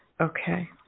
Okay